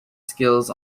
skills